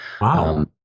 Wow